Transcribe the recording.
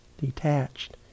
Detached